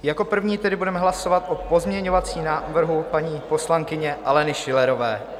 Jako první tedy budeme hlasovat o pozměňovacím návrhu paní poslankyně Aleny Schillerové.